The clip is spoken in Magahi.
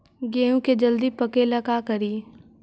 गेहूं के जल्दी पके ल का करियै?